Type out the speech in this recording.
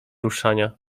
ruszania